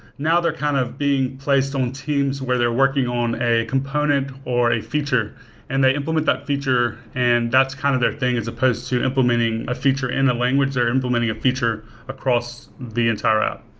now, they're kind of being placed on teams where they're working on a component or a feature and they implement that feature and that's kind of their thing as supposed to implementing a feature and a language, they're implementing a feature across the entire app.